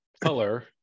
color